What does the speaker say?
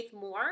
more